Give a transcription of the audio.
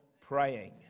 praying